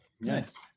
Nice